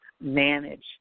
manage